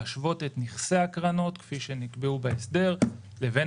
להשוות את נכסי הקרנות כפי שנקבעו בהסדר לבין